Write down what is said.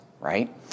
right